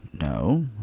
No